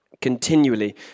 continually